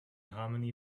harmony